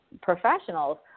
professionals